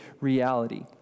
reality